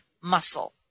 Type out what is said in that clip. muscle